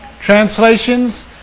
translations